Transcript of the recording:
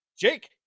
jake